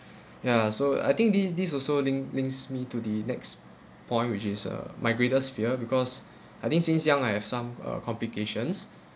ya so I think this this also link links me to the next point which is uh my greatest fear because I didn't since young I have some uh complications